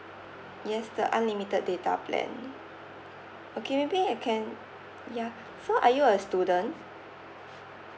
yes the unlimited data plan okay maybe I can ya so are you a student